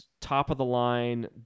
top-of-the-line